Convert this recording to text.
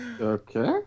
Okay